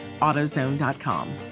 AutoZone.com